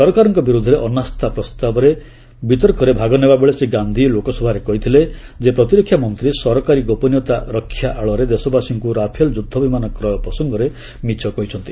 ସରକାରଙ୍କ ବିରୋଧରେ ଅନାସ୍ଥା ପ୍ରସ୍ତାବର ବିତର୍କରେ ଭାଗ ନେବାବେଳେ ଶ୍ରୀ ଗାନ୍ଧୀ ଲୋକସଭାରେ କହିଥିଲେ ଯେ ପ୍ରତିରକ୍ଷା ମନ୍ତ୍ରୀ ସରକାରୀ ଗୋପନୀୟତା ରକ୍ଷା ଆଳରେ ଦେଶବାସୀଙ୍କୁ ରାଫେଲ ଯୁଦ୍ଧବିମାନ କ୍ରୟ ପ୍ରସଙ୍ଗରେ ମିଛ କହିଛନ୍ତି